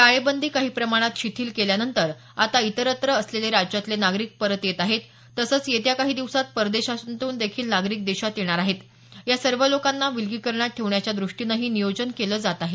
टाळेबंदी काही प्रमाणात शिथिल केल्यानंतर आता इतरत्र असलेले राज्यातले नागरिक परत येत आहेत तसंच येत्या काही दिवसात परदेशांतून देखील नागरिक देशात येणार आहेत या सर्व लोकांना विलगीकरणात ठेवण्याच्या दृष्टीनंही नियोजन केलं जात आहे